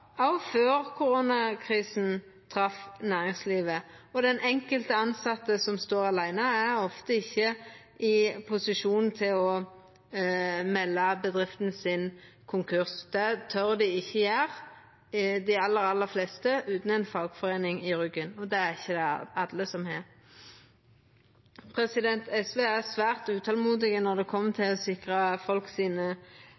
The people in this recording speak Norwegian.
før koronakrisen trefte næringslivet. Den enkelte tilsette som står aleine, er ofte ikkje i posisjon til å melda bedrifta si konkurs. Det tør dei ikkje gjera, dei aller fleste, utan ei fagforeining i ryggen, og det er det ikkje alle som har. SV er svært utolmodig når det